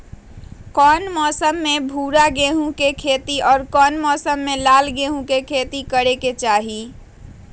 कौन मौसम में भूरा गेहूं के खेती और कौन मौसम मे लाल गेंहू के खेती करे के चाहि?